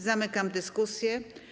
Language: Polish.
Zamykam dyskusję.